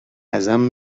ازم